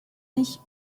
sich